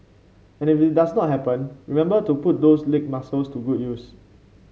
and if it does not happen remember to put those leg muscles to good use